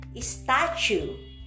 statue